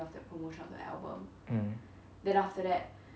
mm